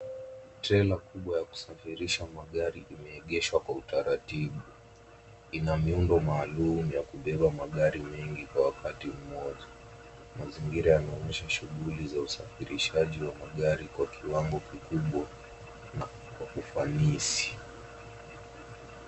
Trela kubwa ya kusafirisha magari imeegeshwa kwa utaratibu. Ina miundo maalum ya kubeba magari mingi kwa wakati mmoja. Mazingira yanaonyesha shughuli za usafirishaji wa magari kwa kiwango kikubwa na kwa ufanisi.